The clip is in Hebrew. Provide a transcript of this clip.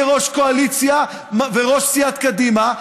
כראש קואליציה וראש סיעת קדימה,